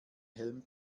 helm